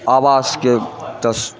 आवासके तऽ